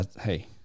Hey